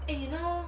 eh you know